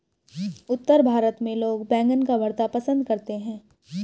उत्तर भारत में लोग बैंगन का भरता पंसद करते हैं